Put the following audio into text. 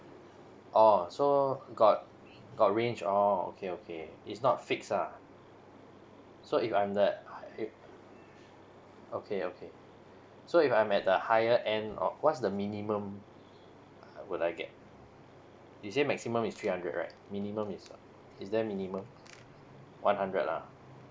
[or] so got got range oh okay okay it's not fix ah so if I'm that if okay okay so if I'm at a higher end uh what's the minimum uh would I get you say maximum three hundred right minimum is is there minimum one hundred lah